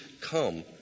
come